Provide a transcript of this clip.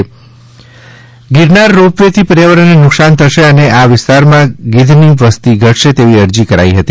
Junagadh ropeway Girnar રોપ વેથી પર્યાવરણને નુકસાન થશે અને આ વિસ્તારમાં ગીધની વસ્તી ઘટશે તેવી અરજી કરાઈ હતી